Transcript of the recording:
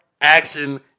Action